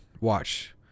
watch –